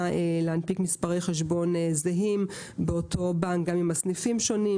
להנפיק מספרי חשבון זהים באותו בנק גם אם הסניפים שונים,